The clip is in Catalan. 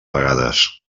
vegades